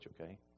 Okay